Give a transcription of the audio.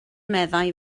meddai